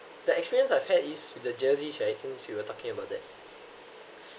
the experience I've had is with the jerseys right since you're talking about that